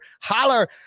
holler